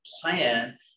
plan